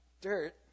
dirt